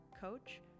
coach